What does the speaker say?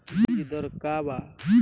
बीज दर का वा?